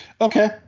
Okay